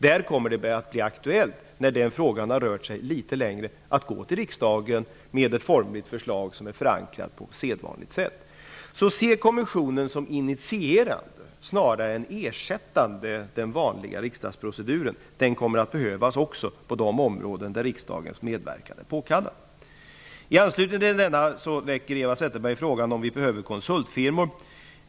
När den frågan har rört sig något längre kommer det att bli aktuellt att vända sig till riksdagen med ett förslag som är förankrat på sedvanligt sätt. Se alltså kommissionen som initierande snarare än som ersättande den vanliga riksdagsproceduren! Också denna kommer att behövas, men där riksdagens medverkan är påkallad. I anslutning till detta väcker Eva Zetterberg frågan om vi behöver konsultfirmor i detta sammanhang.